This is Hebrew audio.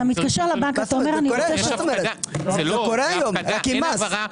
זה קורה היום, רק עם מס.